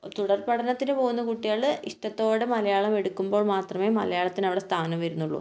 തുടർ പഠനത്തിന് പോകുന്ന കുട്ടികൾ ഇഷ്ടത്തോടെ മലയാളം എടുക്കുമ്പോൾ മാത്രമേ മലയാളത്തിനവിടെ സ്ഥാനം വരുന്നുള്ളൂ